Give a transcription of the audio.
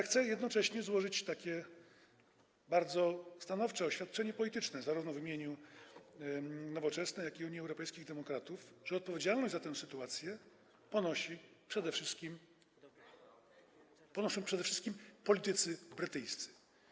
Chcę jednocześnie złożyć takie bardzo stanowcze oświadczenie polityczne, zarówno w imieniu Nowoczesnej, jak i Unii Europejskich Demokratów, że odpowiedzialność za tę sytuację ponoszą przede wszystkim politycy brytyjscy.